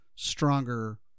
Stronger